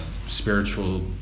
spiritual